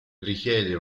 richiede